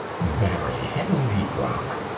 marry, hang thee, brock!